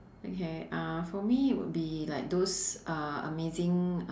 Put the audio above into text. okay uh for me would be like those uh amazing